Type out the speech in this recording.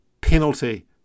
penalty